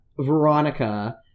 Veronica